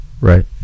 Right